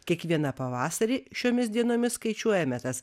kiekvieną pavasarį šiomis dienomis skaičiuojame tas